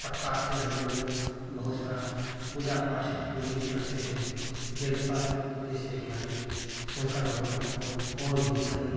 पत्ता से हमलोग बहुत सारा पूजा पाठ में यूज़ करते हैं बेल पत्र जैसे हमारे शंकर भगवान को और भी कई